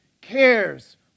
cares